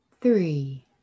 three